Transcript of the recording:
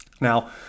Now